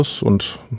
und